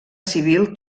civil